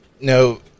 No